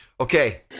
Okay